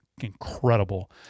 incredible